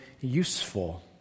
useful